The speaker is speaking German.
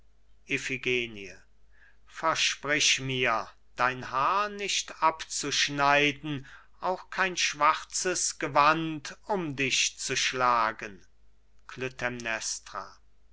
versprich mir dein haar nicht abzuschneiden auch kein schwarzes gewand um dich zu schlagen